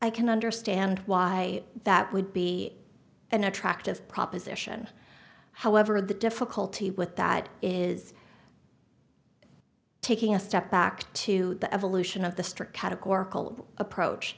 i can understand why that would be an attractive proposition however the difficulty with that is taking a step back to the evolution of the strict